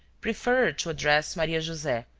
preferred to address maria-jose,